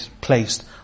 placed